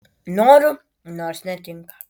noriu nors netinka